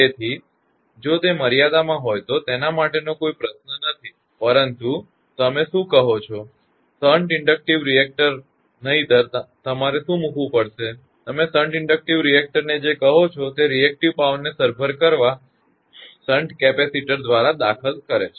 તેથી જો તે મર્યાદામાં હોય તો તેના માટેનો કોઈ પ્રશ્ન નથી તમે શું કહો છો શન્ટ ઇન્ડક્ટિવ રિએક્ટર નહીંતર તમારે શું મુકવૂ પડશે તમે શન્ટ ઇન્ડક્ટિવ રિએક્ટર ને જે કહો છો તે રિએક્ટીવ પાવર ને સરભર કરવા તમારા શંટ ચાર્જિંગ શન્ટ કેપેસિટર દ્વારા દાખલ કરે છે